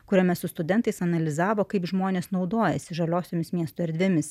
kuriame su studentais analizavo kaip žmonės naudojasi žaliosiomis miesto erdvėmis